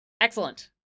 Excellent